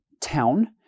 town